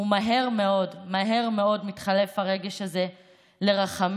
ומהר מאוד, מהר מאוד מתחלף הרגש הזה ברחמים,